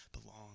belong